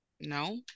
No